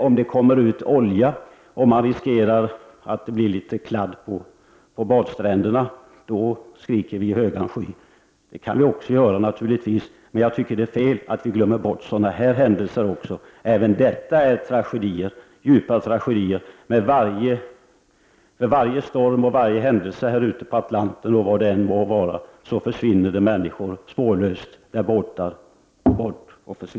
Om det däremot kommer ut olja och man riskerar att det blir litet ”kladd” på badstränderna skriker vi i högan sky. Det kan vi naturligtvis också göra. Men jag tycker att det är fel att vi glömmer bort sådana här händelser. Även de innebär djupa tragedier. För varje storm och varje händelse ute på Atlanten försvinner det människor spårlöst med båtar och allt.